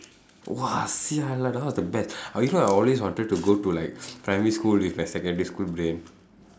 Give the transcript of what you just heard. !wah! sia lah that one is the best I you know I always wanted to go to like primary school with my secondary school brain